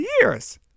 years